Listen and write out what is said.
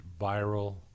viral